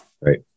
Right